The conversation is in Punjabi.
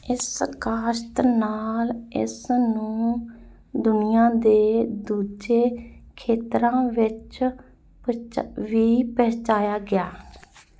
ਇਸ ਕਾਸ਼ਤ ਨਾਲ ਇਸ ਨੂੰ ਦੁਨੀਆ ਦੇ ਦੂਜੇ ਖੇਤਰਾਂ ਵਿੱਚ ਵਿੱਚ ਵੀ ਪਹੁੰਚਾਇਆ ਗਿਆ